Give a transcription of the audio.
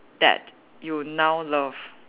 that you now love